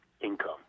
income